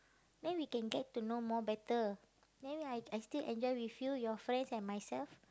then we can get to know more better then ya I I still enjoy with you your friends and myself